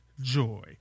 joy